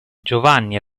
giovanni